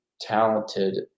talented